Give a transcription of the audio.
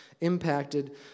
impacted